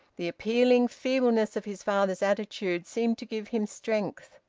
the appealing feebleness of his father's attitude seemed to give him strength.